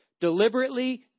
Deliberately